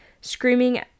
screaming